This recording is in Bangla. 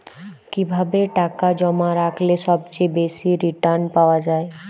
কিভাবে টাকা জমা রাখলে সবচেয়ে বেশি রির্টান পাওয়া য়ায়?